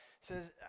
says